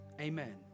Amen